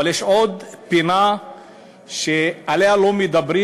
אבל יש עוד פינה שעליה לא מדברים,